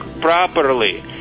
properly